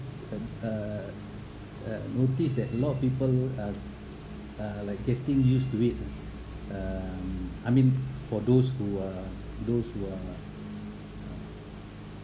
uh uh notice that a lot of people uh uh like getting used to it um I mean for those who are those who are